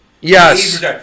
Yes